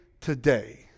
today